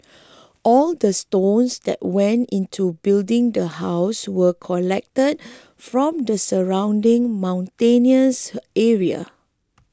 all the stones that went into building the house were collected from the surrounding mountainous area